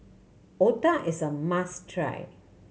otah is a must try